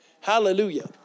Hallelujah